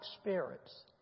spirits